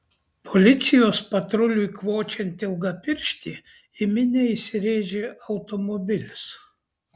policijos patruliui kvočiant ilgapirštį į minią įsirėžė automobilis